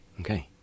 Okay